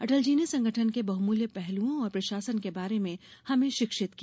अटल जी ने संगठन के बहुमूल्य पहलुओं और प्रशासन के बारे में हमें शिक्षित किया